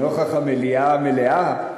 לנוכח המליאה המלאה,